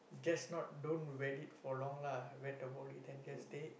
just not don't wet it for long lah wet the body then just take